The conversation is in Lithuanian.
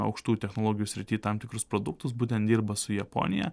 aukštų technologijų srity tam tikrus produktus būtent dirba su japonija